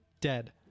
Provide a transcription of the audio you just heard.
dead